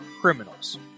criminals